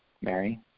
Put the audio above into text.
Mary